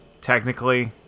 Technically